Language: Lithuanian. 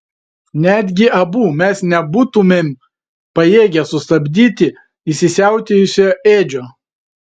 netgi abu mes nebūtumėm pajėgę sustabdyti įsisiautėjusio edžio